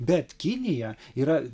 bet kinija yra